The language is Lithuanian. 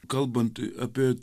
kalbant apie